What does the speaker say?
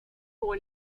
pour